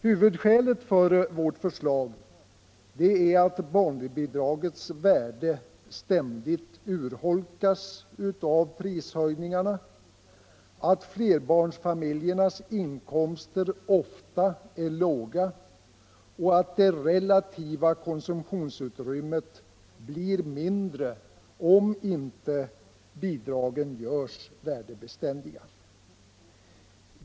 Huvudskälet för vårt förslag är att barnbidragets värde ständigt urholkas av prishöjningarna, att flerbarnsfamiljernas inkomster ofta är låga och att det relativa konsumtionsutrymmet blir mindre om bidragen inte görs värdebeständiga.